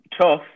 Tough